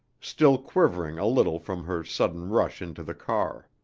still quivering a little from her sudden rush into the car.